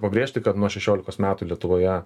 pabrėžti kad nuo šešiolikos metų lietuvoje